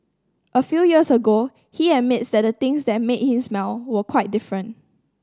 a few years ago he admits that the things that made him smile were quite different